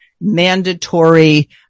mandatory